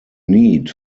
need